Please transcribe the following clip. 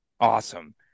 awesome